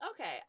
Okay